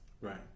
Right